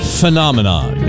phenomenon